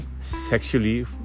sexually